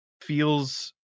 feels